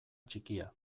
txikia